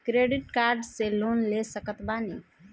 Credit card से loan ले सकत बानी?